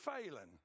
failing